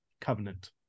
covenant